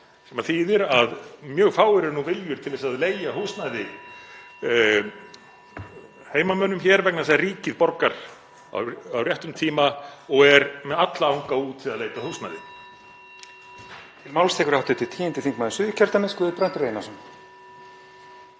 sem þýðir að mjög fáir eru viljugir til að leigja húsnæði heimamönnum hér vegna þess að ríkið borgar á réttum tíma og er með alla anga úti við að leita að húsnæði.